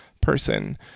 person